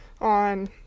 on